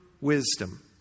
wisdom